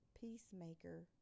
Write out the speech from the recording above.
peacemaker